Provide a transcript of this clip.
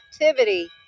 activity